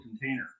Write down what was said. container